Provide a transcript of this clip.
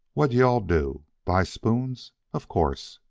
what'd you-all do? buy spoons, of course.